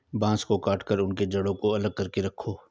बांस को काटकर उनके जड़ों को अलग करके रखो